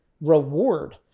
reward